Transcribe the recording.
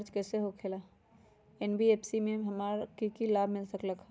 NBFC से हमार की की लाभ मिल सक?